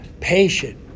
patient